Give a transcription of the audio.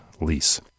lease